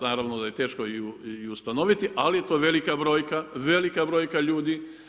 Naravno da je teško i ustanoviti ali to je velika brojka, velika brojka ljudi.